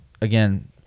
again